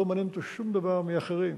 ולא מעניין אותו שום דבר מאחרים,